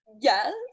Yes